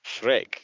Shrek